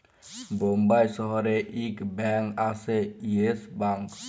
বোম্বাই শহরে ইক ব্যাঙ্ক আসে ইয়েস ব্যাঙ্ক